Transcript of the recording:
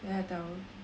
then I tell